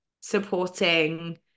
supporting